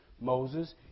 Moses